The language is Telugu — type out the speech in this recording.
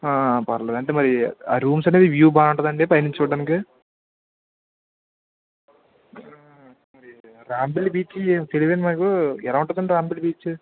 పర్లేదు అంటే మరి ఆ రూమ్స్ అనేది వ్యూ బాగుంటుందా అండి పైనుంచి చూడ్డానికి రాంబల్లి బీచ్ తెలిదండి మాకు ఎలా ఉంటదండి రాంబలి బీచ్